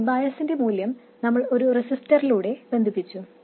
ഈ ബയസിന്റെ മൂല്യം നമ്മൾ ഒരു റെസിസ്റ്ററിലൂടെ ബന്ധിപ്പിച്ചു